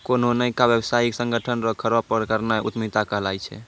कोन्हो नयका व्यवसायिक संगठन रो खड़ो करनाय उद्यमिता कहलाय छै